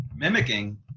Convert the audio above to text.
mimicking